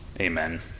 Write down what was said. Amen